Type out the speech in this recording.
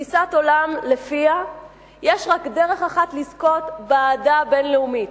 שלפיה יש רק דרך אחת לזכות באהדה הבין-לאומית,